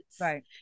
Right